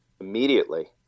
Immediately